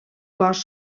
cos